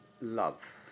love